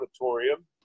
auditorium